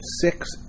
six